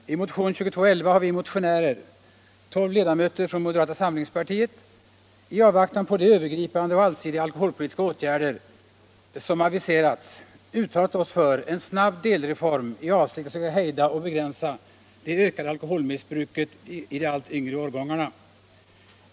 Herr talman! I motion nr 2211 har vi motionärer — tolv ledamöter från moderata samlingspartiet — i avvaktan på de övergripande och allsidiga alkoholpolitiska åtgärder som aviserats uttalat oss för en snabb delreform i avsikt att söka hejda och begränsa det ökade alkoholmissbruket i de allt yngre årgångarna.